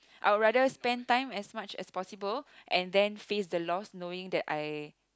I would rather spend time as much as possible and then face the lost knowing that I